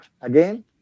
again